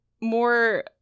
more